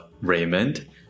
Raymond